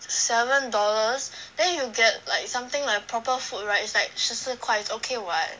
seven dollars then you get like something like proper food right it's like 十四块 is okay [what]